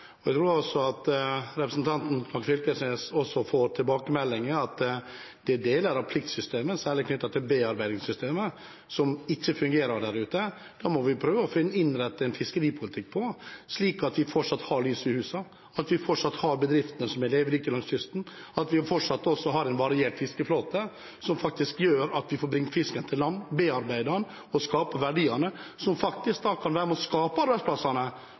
Jeg tror også representanten Knag Fylkesnes får tilbakemeldinger om at det er deler av pliktsystemet, særlig knyttet til bearbeidingssystemet, som ikke fungerer der ute. Da må vi prøve å innrette en fiskeripolitikk slik at vi fortsatt har lys i husene, at vi fortsatt har bedrifter som er levedyktige langs kysten, og at vi fortsatt har en variert fiskeflåte som faktisk gjør at vi får brakt fisken til land, bearbeidet den og skapt verdier som kan være med på å skape arbeidsplasser for dem som har lav inntekt over tid, og være med på å skape